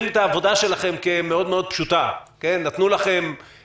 את העבודה שלכם כמאוד מאוד פשוטה הסתכלתם,